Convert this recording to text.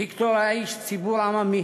ויקטור היה איש ציבור עממי